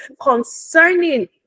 concerning